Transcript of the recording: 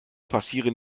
passieren